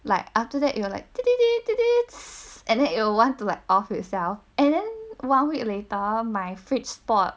like after that it will like today and then you will want to like off itself and then one week later my fridge spoilt